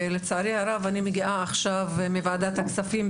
ולצערי הרב אני מגיעה עכשיו מוועדת הכספים,